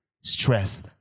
stress